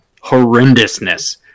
horrendousness